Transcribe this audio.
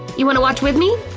you wanna watch with me?